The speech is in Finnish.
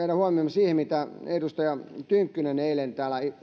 siihen mitä edustaja tynkkynen täällä eilen